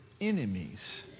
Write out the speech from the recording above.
enemies